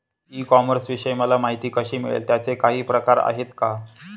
E कॉमर्सविषयी मला माहिती कशी मिळेल? त्याचे काही प्रकार आहेत का?